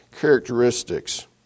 characteristics